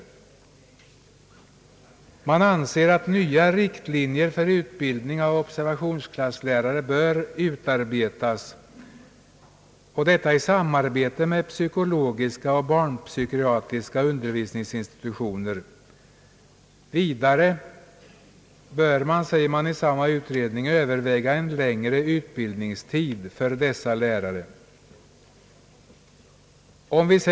Man anser att nya riktlinjer för utbildning av observationsklasslärare bör utarbetas i samarbete med psykologiska och barnpsykiatriska undervisningsinstitutioner. Vidare bör enligt utredningen en längre utbildningstid för dessa lärare övervägas.